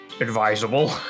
advisable